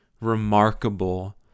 remarkable